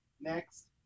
Next